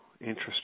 interesting